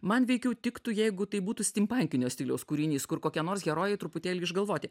man veikiau tiktų jeigu tai būtų stimpantinio stiliaus kūrinys kur kokie nors herojai truputėlį išgalvoti